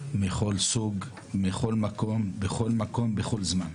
מכל סוג, בכל מקום בכל זמן.